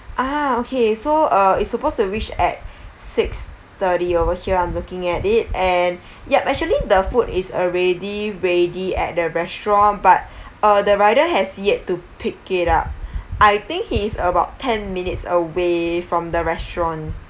ah okay so uh it's supposed to reach at six thirty over here I'm looking at it and yup actually the food is already ready at the restaurant but uh the rider has yet to pick it up I think he is about ten minutes away from the restaurant